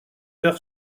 pair